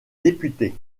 député